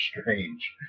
Strange